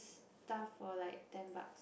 stuff for like ten bucks